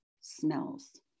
smells